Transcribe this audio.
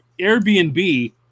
Airbnb